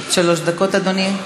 עד שלוש דקות, אדוני.